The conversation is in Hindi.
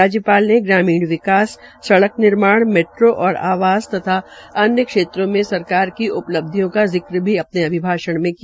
राज्यपाल ने ग्रामीण विकास सड़क निर्माण मैट्रो और आवास तथा अन्य क्षेत्रों में सरकार की उपलब्धियों का जिक्र भी आने भाषण में किया